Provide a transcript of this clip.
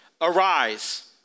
arise